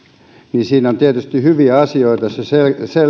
niin siinä on tietysti hyviä asioita se se